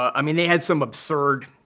i mean, they had some absurd,